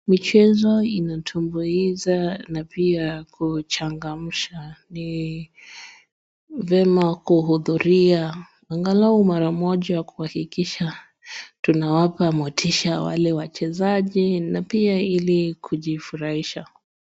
Micheo inatumbuiza na pia inachangamsha .Ni vyema kuhudhuria angalau mara moja kwa kuhakikisha tunawapa motisha wale wachezaji na pia ili kujifurahisha.